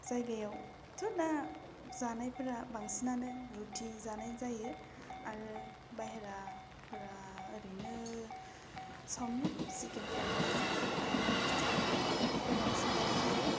जायगायावथ' दा जानायफोरा बांसिनानो रुटि जानाय जायो आरो बाहेराफोरा ओरैनो चाउमिन सिकेन फ्राइड राइस आरो सिकेन पकरा बेफोरखौ बांसिन जानाय जायो